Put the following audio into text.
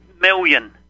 million